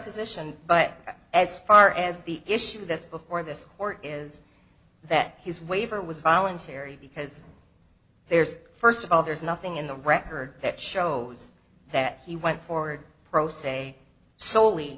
position but as far as the issue that's before this or is that his waiver was voluntary because there's first of all there's nothing in the record that shows that he went forward pro se solely